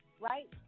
right